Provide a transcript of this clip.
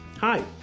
Hi